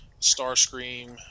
Starscream